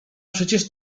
przecież